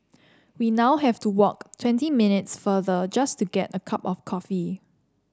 we now have to walk twenty minutes farther just to get a cup of coffee